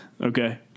Okay